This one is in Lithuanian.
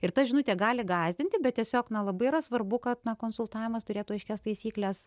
ir ta žinutė gali gąsdinti bet tiesiog na labai yra svarbu kad na konsultavimas turėtų aiškias taisykles